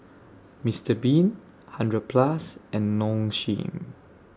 Mister Bean hundred Plus and Nong Shim